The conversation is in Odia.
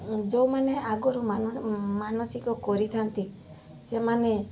ଯେଉଁମାନେ ଆଗରୁ ମାନସିକ କରିଥାନ୍ତି ସେମାନେ